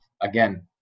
again